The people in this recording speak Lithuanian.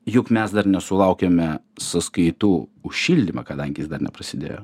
juk mes dar nesulaukėme sąskaitų už šildymą kadangi jis dar neprasidėjo